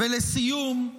לסיום,